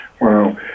Wow